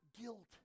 guilt